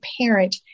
parent